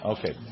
Okay